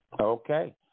Okay